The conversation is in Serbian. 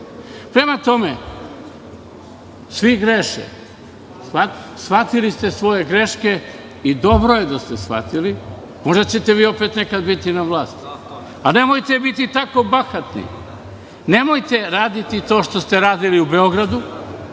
Prema tome svi greše. Shvatili ste svoje greške, i dobro je da ste shvatili. Možda ćete vi opet nekada biti na vlasti. Nemojte biti tako bahati. Nemojte raditi to što ste radili u katastru